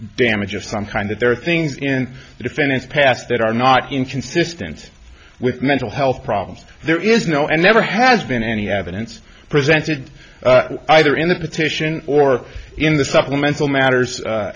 damage of some kind that there are things in the defendant's past that are not inconsistent with mental health problems there is no and never has been any evidence presented either in the petition or in the supplemental matters